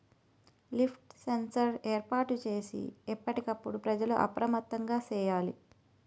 leaf sensor ఏర్పాటు చేసి ఎప్పటికప్పుడు ప్రజలు అప్రమత్తంగా సేయాలి